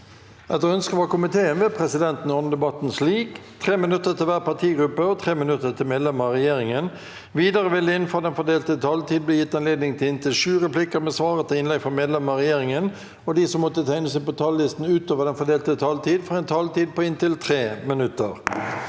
forsvarskomiteen vil presidenten ordne debatten slik: 3 minutter til hver partigruppe og 3 minutter til medlemmer av regjeringen. Videre vil det – innenfor den fordelte taletid – bli gitt anledning til inntil sju replikker med svar etter innlegg fra medlemmer av regjeringen, og de som måtte tegne seg på talerlisten utover den fordelte taletid, får også en taletid på inntil 3 minutter.